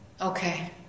Okay